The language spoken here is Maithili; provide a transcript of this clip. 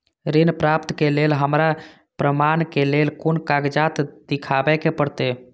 ऋण प्राप्त के लेल हमरा प्रमाण के लेल कुन कागजात दिखाबे के परते?